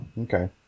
Okay